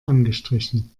angestrichen